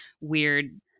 weird